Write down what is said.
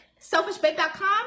selfishbake.com